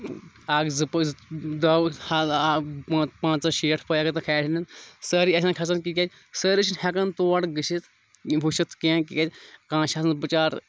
اَکھ زٕ پَںٛژاہ شیٹھ پٲے اگر تَتھ کھالہن سٲری آسہِ ہَن کھَسان تِکیازِ سٲری چھِنہٕ ہٮ۪کان تور گٔژھِتھ وُچھِتھ کینٛہہ تِکیازِ کانٛہہ چھِ آسان بِچارٕ